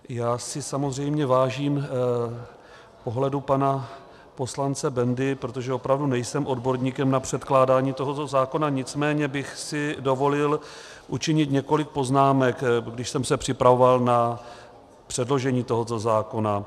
Já si samozřejmě vážím pohledu pana Bendy, protože opravdu nejsem odborníkem na předkládání tohoto zákona, nicméně bych si dovolil učinit několik poznámek, když jsem se připravoval na předložení tohoto zákona.